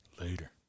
Later